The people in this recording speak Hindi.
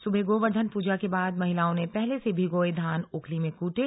सुबह गोवर्धन पूजा के बाद महिलाओं ने पहले से भिगोए धान ओखली में कूटे